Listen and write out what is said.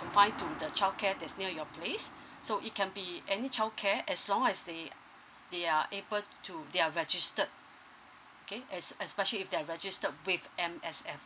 confined to the childcare that's near your place so it can be any childcare as long as they they are able t~ to they're registered K es~ especially if they're registered with M_S_F